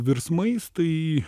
virsmais tai